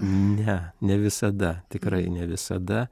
ne ne visada tikrai ne visada